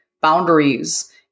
boundaries